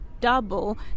double